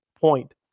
point